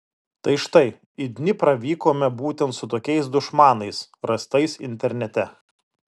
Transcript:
tai štai į dniprą vykome būtent su tokiais dušmanais rastais internete